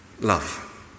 Love